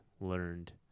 learned